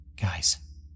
Guys